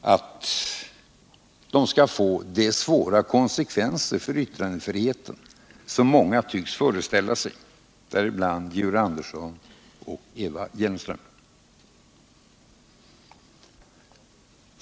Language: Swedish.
att de skall få de svåra konsekvenser för yttrandefriheten som många tycks föreställa sig, däribland Georg Andersson och Eva Hjelmström.